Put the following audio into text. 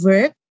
Work